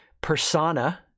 Persona